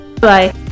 Bye